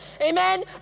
Amen